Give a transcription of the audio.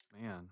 man